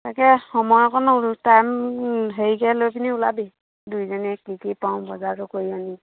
তাকে সময় অকণ টাইম হেৰিকৈ লৈ পিনি ওলাবি দুয়োজনীয়ে কি কি পাৰোঁ বজাৰটো কৰি আনিম